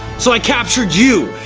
so i captured you,